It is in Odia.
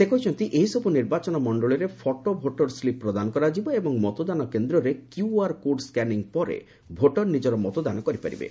ସେ କହିଛନ୍ତି ଏହିସବୁ ନିର୍ବାଚନ ମଣ୍ଡଳୀରେ ଫଟୋ ଭୋଟର ସ୍ଲିପ୍ ପ୍ରଦାନ କରାଯିବ ଏବଂ ମତଦାନ କେନ୍ଦରେ କ୍ୟୁଆର୍ କୋଡ୍ ସ୍କାନିଂ ପରେ ଭୋଟର ନିଜର ମତଦାନ କରିପାରିବେ